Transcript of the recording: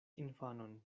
infanon